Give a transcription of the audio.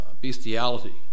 bestiality